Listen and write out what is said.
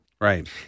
right